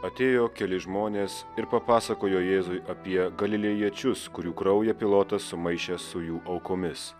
atėjo keli žmonės ir papasakojo jėzui apie galilėjiečius kurių kraują pilotas sumaišė su jų aukomis